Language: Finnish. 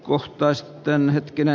koh tai sitten ed